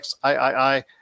XIII